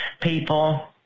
people